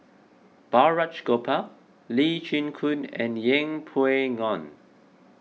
Balraj Gopal Lee Chin Koon and Yeng Pway Ngon